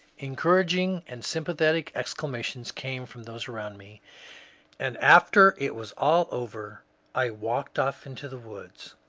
encouraging and sympathetic exclamations came from those around me and after it was all over i walked off into the woods.